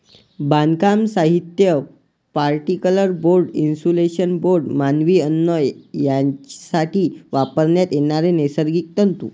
बांधकाम साहित्य, particle board, insulation board, मानवी अन्न यासाठी वापरण्यात येणारे नैसर्गिक तंतू